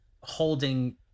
holding